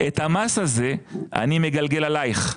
שאת המס הזה אני מגלגל עליך.